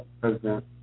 president